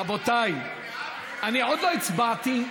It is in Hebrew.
רבותיי, אני עוד לא הצבעתי.